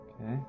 Okay